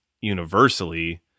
universally